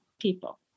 people